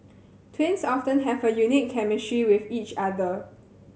twins often have a unique chemistry with each other